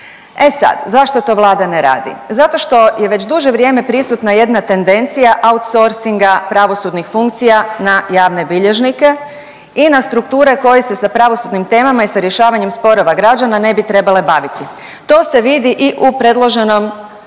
E sad, zašto to Vlada ne radi? Zato što je već duže vrijeme prisutna jedna tendencija outsourcinga pravosudnih funkcija na javne bilježnike i na strukture koje se sa pravosudnim temama i sa rješavanjem sporova građana ne bi trebale baviti. To se vidi i u predloženom